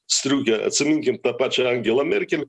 striuke atsiminkim tą pačią angelą merkel